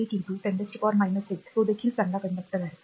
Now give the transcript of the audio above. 8 10 ते 8 की तो देखील चांगला मार्गदर्शक